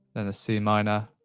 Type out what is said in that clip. then a c minor,